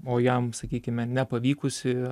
o jam sakykime nepavykusi